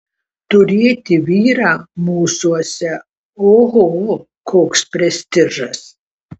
turėti vyrą mūsuose oho koks prestižas